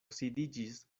sidiĝis